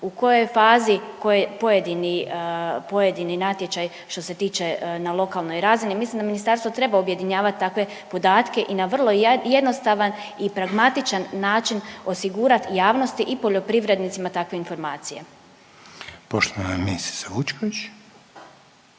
u kojoj je fazi pojedini, pojedini natječaj što se tiče na lokalnoj razini. Mislim da ministarstvo treba objedinjavati takve podatke i na vrlo jednostavan i pragmatičan način osigurati javnosti i poljoprivrednicima takve informacije. **Reiner, Željko